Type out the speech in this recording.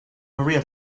maria